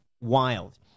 wild